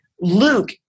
Luke